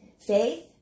Faith